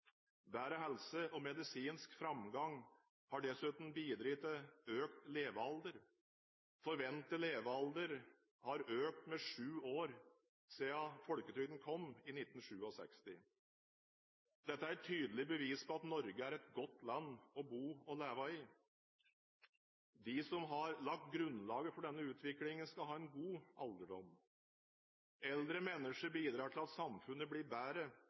Bedre helse og medisinsk framgang har dessuten bidratt til økt levealder. Forventet levealder har økt med sju år siden folketrygden kom i 1967. Dette er et tydelig bevis på at Norge er et godt land å bo og leve i. De som har lagt grunnlaget for denne utviklingen, skal ha en god alderdom. Eldre mennesker bidrar til at samfunnet blir bedre